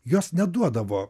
jos neduodavo